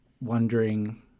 wondering